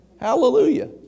Hallelujah